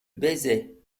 baisait